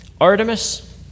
Artemis